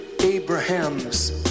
Abraham's